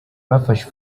bafashe